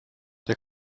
der